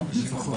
ל-50 השנים הבאות.